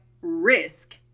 risk